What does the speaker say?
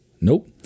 Nope